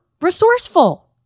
resourceful